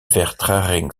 vertraging